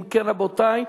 אם כן, רבותי,